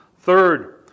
Third